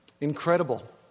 incredible